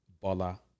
Bola